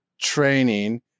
training